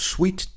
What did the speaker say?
Sweet